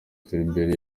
philbert